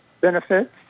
benefits